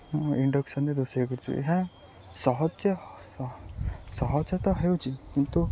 ଇଣ୍ଡକ୍ସନ୍ରେ ରୋଷେଇ କରୁଛୁ ଏହା ସହଜ ସହଜ ତ ହେଉଛି କିନ୍ତୁ